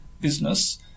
business